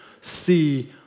see